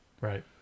Right